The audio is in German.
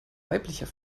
weiblicher